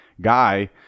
guy